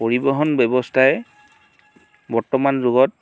পৰিবহণ ব্যৱস্থাই বৰ্তমান যুগত